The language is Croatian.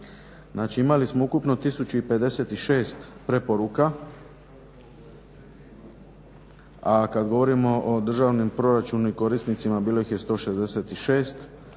Znači, imali smo ukupno 1056 preporuka, a kad govorimo o državnom proračunu i korisnicima bilo ih je 166.